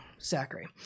Zachary